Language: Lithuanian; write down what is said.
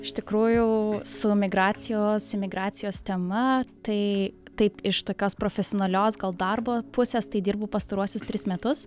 iš tikrųjų su migracijos imigracijos tema tai taip iš tokios profesionalios darbo pusės tai dirbu pastaruosius tris metus